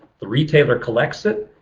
the retailer collects it,